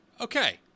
Okay